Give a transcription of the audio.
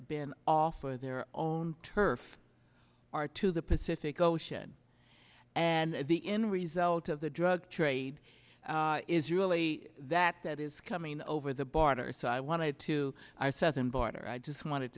been offered their own turf are to the pacific ocean and the in result of the drug trade is really that that is coming over the border so i wanted to our southern border i just wanted